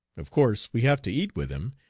of course we have to eat with him,